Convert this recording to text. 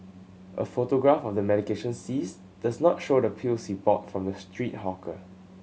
a photograph of the medication seized does not show the pills he bought from the street hawker